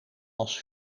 als